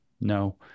No